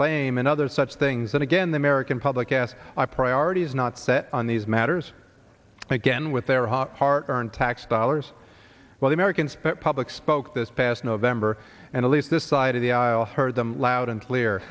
fame and other such things that again the american public as my priority is not set on these matters again with their hard earned tax dollars well americans but public spoke this past november and at least this side of the aisle heard them loud and clear